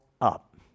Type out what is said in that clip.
up